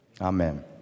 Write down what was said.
Amen